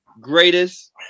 greatest